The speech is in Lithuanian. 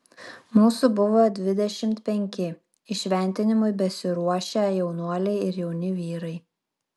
mūsų buvo dvidešimt penki įšventinimui besiruošią jaunuoliai ir jauni vyrai